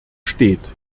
steht